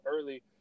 early